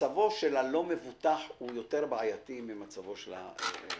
מצבו של הלא מבוטח הוא יותר בעייתי ממצבו של המבוטח.